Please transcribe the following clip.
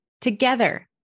together